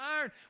iron